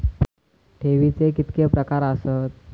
ठेवीचे कितके प्रकार आसत?